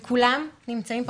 וכולם נמצאים פה.